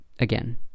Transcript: Again